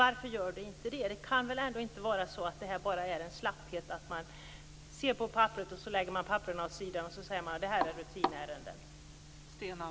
Varför gör det inte det? Det kan väl inte vara så att det bara är fråga om slapphet, att man ser på papperet och sedan lägger det åt sidan och säger att det är rutinärenden?